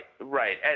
right